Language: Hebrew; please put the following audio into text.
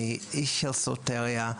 איש של סוטריה,